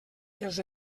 els